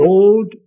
Lord